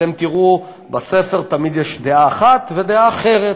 אתם תראו, בספר תמיד יש דעה אחת ודעה אחרת,